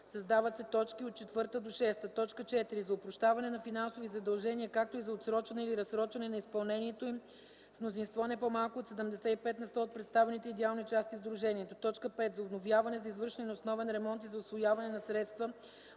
създават се т. 4-6: „4. за опрощаване на финансови задължения, както и за отсрочване или разсрочване на изпълнението им – с мнозинство не по-малко от 75 на сто от представените идеални части в сдружението; 5. за обновяване, за извършване на основен ремонт и за усвояване на средства